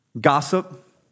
Gossip